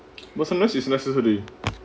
but sometimes it's necessary